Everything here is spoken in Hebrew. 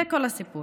זה כל הסיפור.